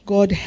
God